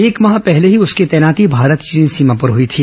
एक माह पहले ही उसकी तैनाती भारत चीन सीमा पर हई थी